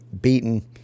beaten